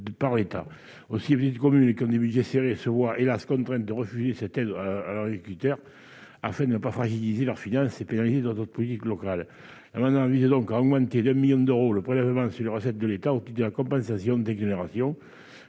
dispositif. Aussi, les petites communes, qui ont des budgets serrés, se voient, hélas ! contraintes de refuser cette aide à leurs agriculteurs, afin de ne pas fragiliser leurs finances et pénaliser d'autres politiques locales. L'amendement vise donc à augmenter de 1 million d'euros le prélèvement sur les recettes de l'État au titre de la compensation d'exonérations